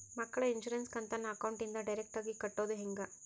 ಮಕ್ಕಳ ಇನ್ಸುರೆನ್ಸ್ ಕಂತನ್ನ ಅಕೌಂಟಿಂದ ಡೈರೆಕ್ಟಾಗಿ ಕಟ್ಟೋದು ಹೆಂಗ?